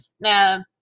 now